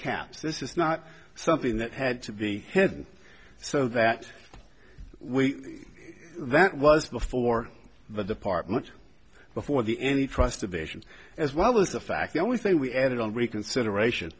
caps this is not something that had to be hidden so that we that was before the department before the any trust a vision as well as the fact the only thing we added on reconsideration